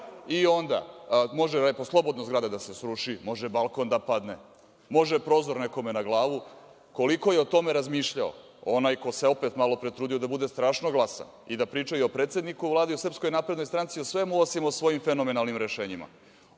I onda može lepo slobodno zgrada da se sruši, može balkon da padne, može prozor nekome na glavu. Koliko je o tome razmišljao onaj ko se opet malopre trudio da bude strašno glasan i da priča i o predsedniku Vlade i o SNS i o svemu osim o svojim fenomenalnim rešenjima.